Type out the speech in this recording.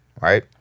right